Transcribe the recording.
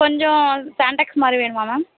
கொஞ்சம் சாண்டக்ஸ் மாதிரி வேணுமா மேம்